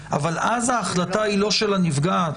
אבל אז ההחלטה היא לא של הנפגעת.